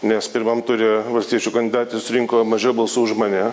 nes pirmam ture valstiečių kandidatė surinko mažiau balsų už mane